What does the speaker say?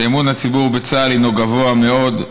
שאמון הציבור בצה"ל הינו גבוה מאוד,